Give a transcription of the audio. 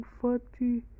forty